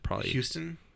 Houston